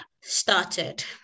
started